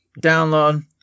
Download